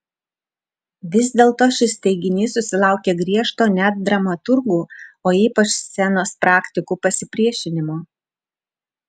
vis dėlto šis teiginys susilaukė griežto net dramaturgų o ypač scenos praktikų pasipriešinimo